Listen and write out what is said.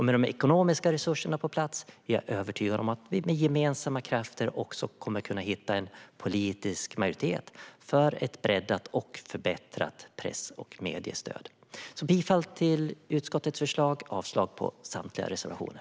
Med ekonomiska resurser på plats är jag övertygad om att vi med gemensamma krafter kommer att kunna hitta en politisk majoritet för ett breddat och förbättrat press och mediestöd. Jag yrkar bifall till utskottets förslag och avslag på samtliga reservationer.